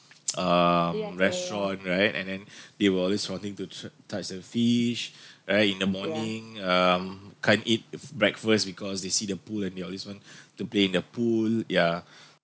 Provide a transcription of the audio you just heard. um restaurant right and then they will always wanting to tr~ touch the fish right in the morning um can't eat breakfast because they see the pool and they always want to play in the pool yeah